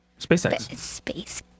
SpaceX